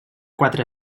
quatre